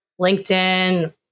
LinkedIn